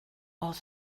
oedd